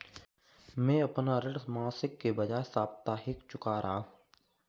मैं अपना ऋण मासिक के बजाय साप्ताहिक चुका रहा हूँ